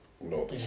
no